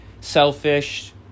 selfish